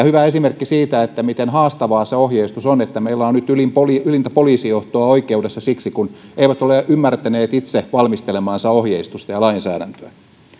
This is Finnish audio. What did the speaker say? hyvä esimerkki siitä miten haastavaa se ohjeistus on on se että meillä on on nyt ylintä poliisijohtoa oikeudessa siksi että he eivät ole ymmärtäneet itse valmistelemaansa ohjeistusta ja lainsäädäntöä